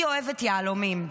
היא אוהבת יהלומים.